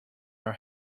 are